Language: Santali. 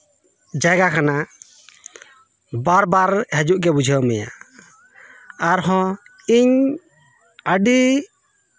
ᱡᱟᱭᱜᱟ ᱠᱟᱱᱟ ᱵᱟᱨ ᱵᱟᱨ ᱦᱤᱡᱩᱜ ᱜᱮ ᱵᱩᱡᱷᱟᱹᱣ ᱢᱮᱭᱟ ᱟᱨᱦᱚᱸ ᱤᱧ ᱟᱰᱤ